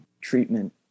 treatment